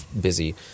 busy